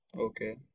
Okay